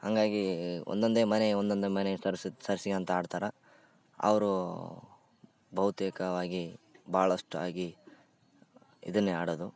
ಹಂಗಾಗಿ ಒಂದೊಂದೆ ಮನೆ ಒಂದೊಂದೆ ಮನೆ ಸರ್ಸಿ ಸರಿಸಿಯಂತೆ ಆಡ್ತಾರೆ ಅವ್ರು ಬಹುತೇಕವಾಗಿ ಭಾಳಷ್ಟಾಗಿ ಇದನ್ನೇ ಆಡೋದು